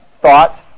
thought